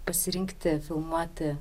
pasirinkti filmuoti